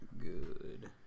Good